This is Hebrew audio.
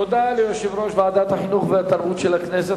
תודה ליושב-ראש ועדת החינוך והתרבות של הכנסת,